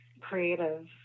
creative